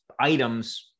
items